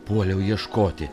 puoliau ieškoti